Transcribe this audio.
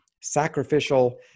sacrificial